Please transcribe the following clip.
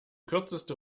kürzeste